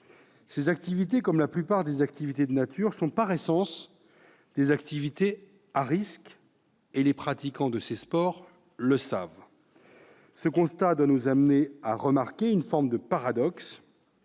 Ces activités, comme la plupart des activités de nature, sont par essence à risque, et les pratiquants de ces sports le savent. Ce constat doit nous amener à remarquer une forme de paradoxe